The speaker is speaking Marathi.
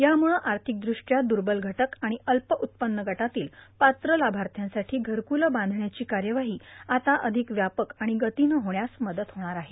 यामुळं आर्थिकदृष्ट्या दुर्बल घटक आणि अल्प उत्पन्न गटातील पात्र लाभार्थ्यांसाठी घरक्लं बांधण्याची कार्यवाही आता अधिक व्यापक आणि गतीनं होण्यास मदत होणाऱ आहे